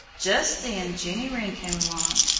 just then jenny wren came along,